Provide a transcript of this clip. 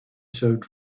showed